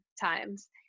times